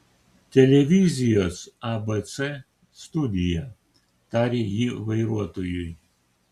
televizijos abc studija tarė ji vairuotojui